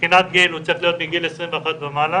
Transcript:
מבחינת גיל, הוא צריך להיות מגיל 21 ומעלה